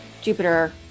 jupiter